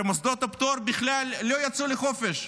שמוסדות הפטור בכלל לא יצאו לחופש.